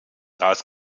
das